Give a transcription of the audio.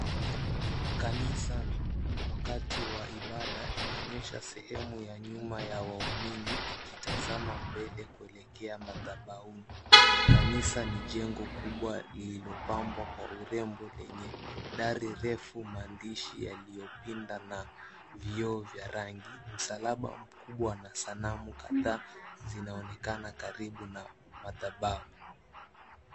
Kanisa wakati wa ibada inaonyesha sehemu ya nyuma ya waumini ikitazama mbele kuelekea madhabahuni. Kanisa ni jengo kubwa lililopambwa kwa urembo lenye dari refu, maandishi yaliyopinda na vioo vya rangi. Msalaba mkubwa na sanamu kadhaa zinaonekana karibu na madhabahu.